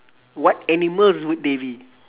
what animals would they be